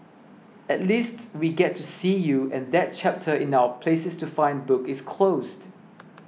at least we get to see you and that chapter in our places to find book is closed